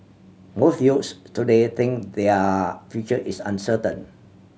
most youths today think their future is uncertain